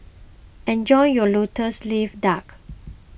enjoy your Lotus Leaf Duck